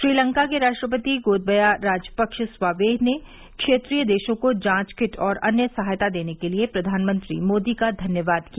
श्रीलंका के राष्ट्रपति गोतबया राजपक्ष स्वावेह ने क्षेत्रीय देशों को जांच किट और अन्य सहायता देने के लिए प्रधानमंत्री मोदी का धन्यवाद किया